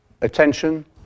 attention